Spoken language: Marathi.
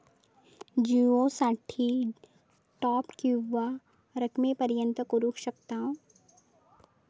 जिओ साठी टॉप किती रकमेपर्यंत करू शकतव?